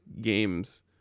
games